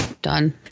done